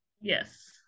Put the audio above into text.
Yes